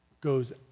goes